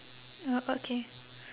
ya okay